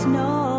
no